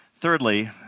Thirdly